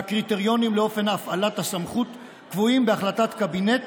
והקריטריונים לאופן הפעלת הסמכות קבועים בהחלטת קבינט